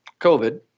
COVID